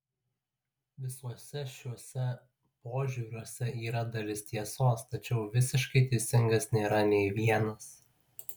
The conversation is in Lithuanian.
visuose šiuose požiūriuose yra dalis tiesos tačiau visiškai teisingas nėra nei vienas